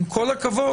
עם כל הכבוד,